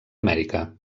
amèrica